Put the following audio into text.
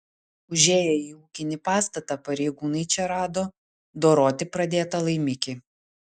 užėję į ūkinį pastatą pareigūnai čia rado doroti pradėtą laimikį